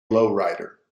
lowrider